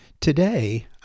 Today